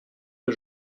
que